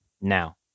Now